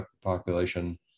population